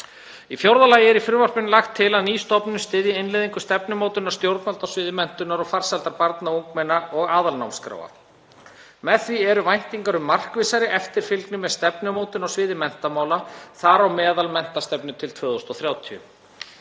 Í fjórða lagi er lagt til að ný stofnun styðji innleiðingu stefnumótunar stjórnvalda á sviði menntunar og farsældar barna og ungmenna og aðalnámskráa. Með því eru væntingar um markvissari eftirfylgni með stefnumótun á sviði menntamála, þar á meðal menntastefnu til 2030.